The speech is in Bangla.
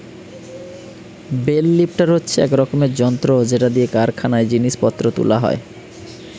বেল লিফ্টার হচ্ছে এক রকমের যন্ত্র যেটা দিয়ে কারখানায় জিনিস পত্র তুলা হয়